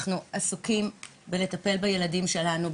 אנחנו עסוקים בלטפל בילדים שלנו,